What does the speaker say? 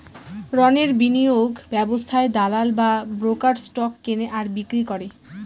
রণের বিনিয়োগ ব্যবস্থায় দালাল বা ব্রোকার স্টক কেনে আর বিক্রি করে